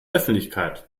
öffentlichkeit